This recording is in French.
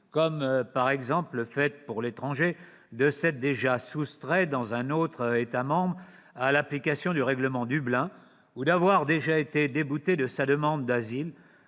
», par exemple le fait pour l'étranger de s'être déjà soustrait, dans un autre État membre, à l'application du règlement Dublin ; d'avoir déjà été débouté de sa demande d'asile